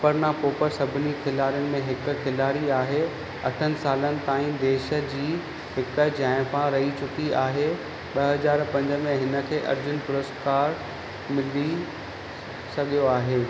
अपर्णा पोपट सभिनी खिलाड़ियुनि में हिकु खिलाड़ी आहे अठनि सालनि ताईं देश जी हिकु ज़ाइफ़ा रही चुकी आहे ॿ हज़ार पंज में हिनखे अर्जुन पुरुस्कारु मिली सघियो आहे